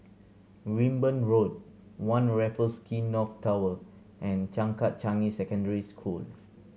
Wimborne Road One Raffles Quay North Tower and Changkat Changi Secondary School